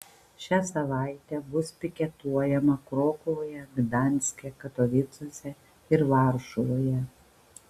šią savaitę bus piketuojama krokuvoje gdanske katovicuose ir varšuvoje